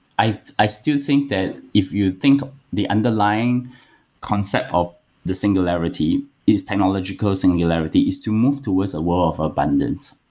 i i still think that if you think the underlying concept of the singularity is technological singularity is to move towards a world of abundance.